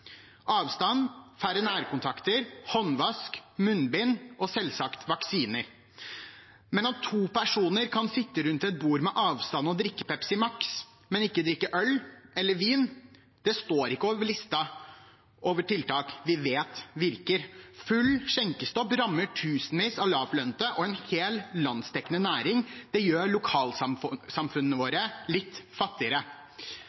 avstand, færre nærkontakter, håndvask, munnbind og selvsagt vaksine. At to personer kan sitte rundt et bord med avstand og drikke Pepsi Max, men ikke drikke øl eller vin, står ikke på listen over tiltak vi vet virker. Full skjenkestopp rammer tusenvis av lavtlønnede og en hel landsdekkende næring. Det gjør